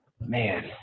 man